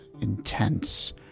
intense